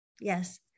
Yes